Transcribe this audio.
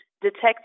detect